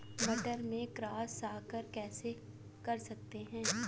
मटर में क्रॉस संकर कैसे कर सकते हैं?